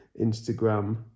Instagram